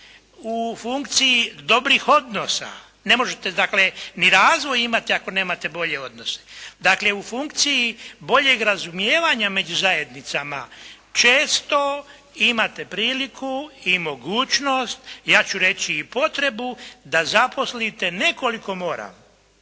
u funkciji dobrih odnosa. Ne možete dakle ni razvoj imati ako nemate bolje odnose. Dakle u funkciji boljeg razumijevanja među zajednicama. Često imate priliku i mogućnost ja ću reći i potrebu da zaposlite ne koliko mora,